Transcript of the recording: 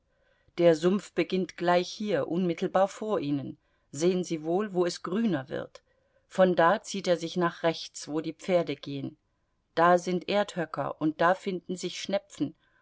der sumpf beginnt gleich hier unmittelbar vor ihnen sehen sie wohl wo es grüner wird von da zieht er sich nach rechts wo die pferde gehen da sind erdhöcker und da finden sich schnepfen